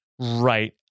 Right